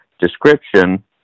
description